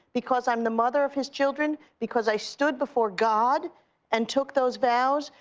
because i'm the mother of his children, because i stood before god and took those vows,